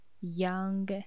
young